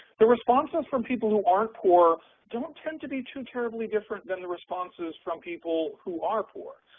the responses from people who aren't poor don't tend to be too terribly different than the responses from people who are poor.